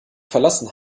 verlassen